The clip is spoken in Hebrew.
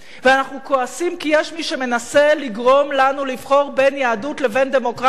ואנחנו כועסים כי יש מי שמנסה לגרום לנו לבחור בין יהדות לבין דמוקרטיה,